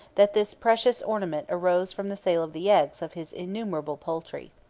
that this precious ornament arose from the sale of the eggs of his innumerable poultry.